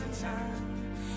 time